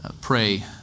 pray